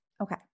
Okay